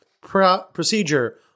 procedure